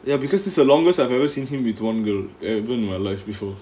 ya because this is the longest I've ever seen him with one girl ever in my life before